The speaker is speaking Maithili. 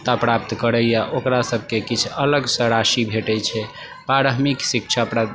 प्राप्त करैए ओकरा सबके किछु अलगसँ राशि भेटै छै प्रारम्भिक शिक्षा